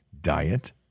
diet